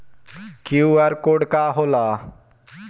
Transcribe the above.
QR code का होला?